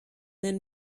then